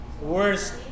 worst